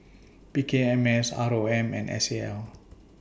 P K M S R O M and S A L